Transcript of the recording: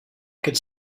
could